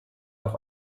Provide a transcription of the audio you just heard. auf